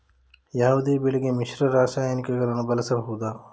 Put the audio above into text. ಯಾವುದೇ ಬೆಳೆಗೆ ಮಿಶ್ರ ರಾಸಾಯನಿಕಗಳನ್ನು ಬಳಸಬಹುದಾ?